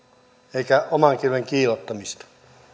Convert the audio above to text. eikä olisi oman kilven kiillottamista